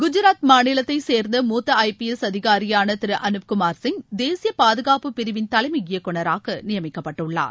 குஜராத் மாநிலத்தைச் சேர்ந்த மூத்த ஐபிஎஸ் அதிகாரியான திரு அனுப் குமார் சிங் தேசிய பாதுகாப்புப் பிரிவின் தலைமை இயக்குநராக நியமிக்கப்பட்டுள்ளார்